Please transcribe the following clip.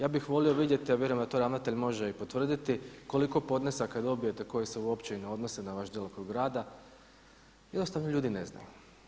Ja bih volio vidjeti, a vjerujem da to ravnatelj može i potvrditi koliko podnesaka dobijete koji se uopće i ne odnose na vaš djelokrug rada, jednostavno ljudi ne znaju.